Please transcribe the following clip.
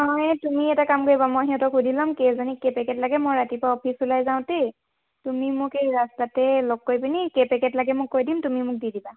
অঁ এই তুমি এটা কাম কৰিব মই সিহঁতক সুধি ল'ম কেইজনীক কেই পেকেট লাগে মই ৰাতিপুৱা অফিচ ওলাই যাওঁতেই তুমি মোক এই ৰাস্তাতে লগ কৰি পিনি কেই পেকেট লাগে মোক কৈ দিম তুমি মোক দি দিবা